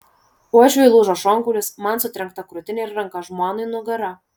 uošviui lūžo šonkaulis man sutrenkta krūtinė ir ranka žmonai nugara